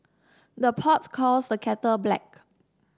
the pot calls the kettle black